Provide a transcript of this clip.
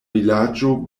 vilaĝo